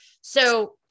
so-